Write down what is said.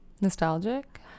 Nostalgic